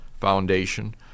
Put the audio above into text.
Foundation